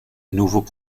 nouveau